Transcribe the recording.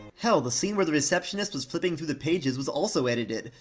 hell, the scene where the receptionist was flipping through the pages was also edited,